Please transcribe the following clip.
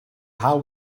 how